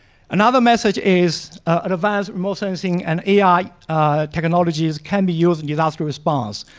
another message is advanced motion sensing and ai technologies can be used in disaster response.